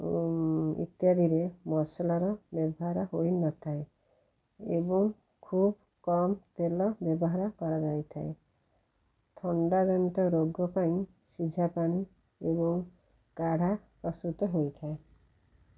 ଇତ୍ୟାଦିରେ ମସଲାର ବ୍ୟବହାର ହେଇନଥାଏ ଏବଂ ଖୁବ୍ କମ୍ ତେଲ ବ୍ୟବହାର କରାଯାଇଥାଏ ଥଣ୍ଡା ଜନିତ ରୋଗ ପାଇଁ ସିଝା ପାଣି ଏବଂ କାଢ଼ା ପ୍ରସ୍ତୁତ ହେଇଥାଏ